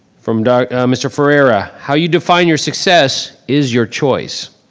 from mr. ferrera, how you define your success is your choice.